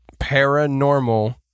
paranormal